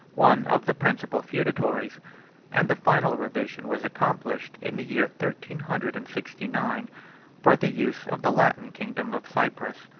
one of the principal feudatories and the final revision was accomplished in the year thirteen hundred and sixty-nine for the use of the latin kingdom of cyprus.